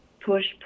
push